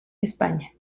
españa